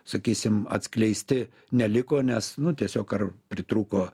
sakysim atskleisti neliko nes nu tiesiog ar pritrūko